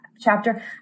chapter